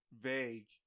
Vague